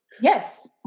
Yes